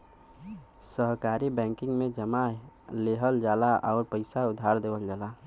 सहकारी बैंकिंग में जमा लिहल जाला आउर पइसा उधार देवल जाला